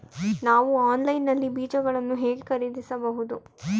ನಾವು ಆನ್ಲೈನ್ ನಲ್ಲಿ ಬೀಜಗಳನ್ನು ಹೇಗೆ ಖರೀದಿಸಬಹುದು?